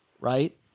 right